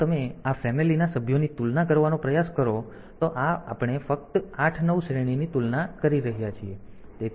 જો તમે આ ફેમિલી ના સભ્યોની તુલના કરવાનો પ્રયાસ કરો તો આ આપણે ફક્ત 8 9 શ્રેણીની તુલના કરી રહ્યા છીએ